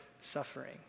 suffering